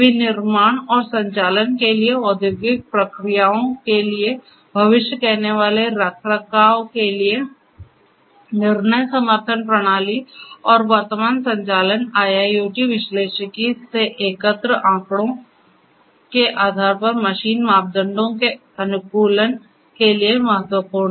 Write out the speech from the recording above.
विनिर्माण और संचालन के लिए औद्योगिक प्रक्रियाओं के लिए भविष्य कहनेवाला रखरखाव के लिए निर्णय समर्थन प्रणाली और वर्तमान संचालन IIoT विश्लेषिकी से एकत्र आंकड़ों के आधार पर मशीन मापदंडों के अनुकूलन के लिए महत्वपूर्ण है